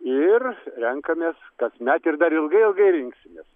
ir renkamės kasmet ir dar ilgai ilgai rinksimės